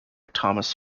thomas